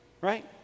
right